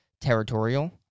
territorial